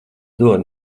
dod